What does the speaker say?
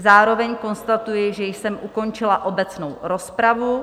Zároveň konstatuji, že jsem ukončila obecnou rozpravu.